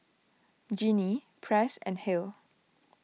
Genie Press and Hale